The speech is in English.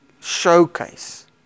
showcase